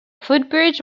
footbridge